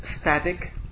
static